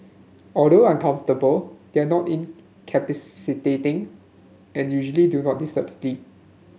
although uncomfortable they are not incapacitating and usually do not disturb sleep